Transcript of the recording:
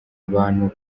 abantu